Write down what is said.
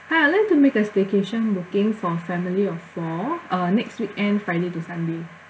hi I'd like to make a staycation booking for family of four uh next weekend friday to sunday